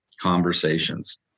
conversations